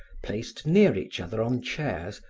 placed near each other on chairs,